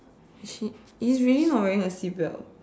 she is really not wearing a seat belt